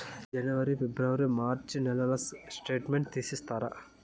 జనవరి, ఫిబ్రవరి, మార్చ్ నెలల స్టేట్మెంట్ తీసి ఇస్తారా?